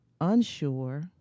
unsure